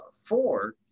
four